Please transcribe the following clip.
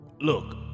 Look